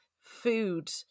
food